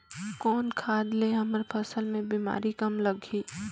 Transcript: कौन खाद ले हमर फसल मे बीमारी कम लगही?